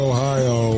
Ohio